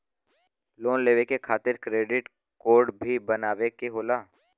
Loan लेवे खातिर credit काडे भी बनवावे के होला?